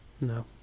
No